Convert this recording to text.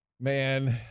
Man